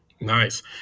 Nice